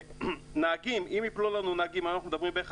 אם ייפלו לנו נהגים אנחנו מדברים בערך